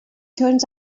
turns